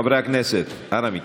חברי הכנסת, אנא מכם.